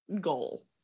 goal